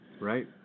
right